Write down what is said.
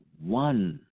one